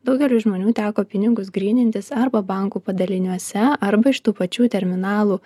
daugeliui žmonių teko pinigus grynintis arba bankų padaliniuose arba iš tų pačių terminalų